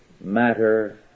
matter